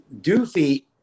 Doofy